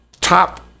top